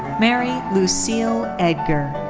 mary lucille edgar.